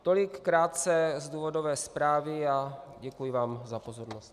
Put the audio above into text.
Tolik krátce z důvodové zprávy a děkuji vám za pozornost.